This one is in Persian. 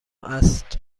است